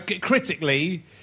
critically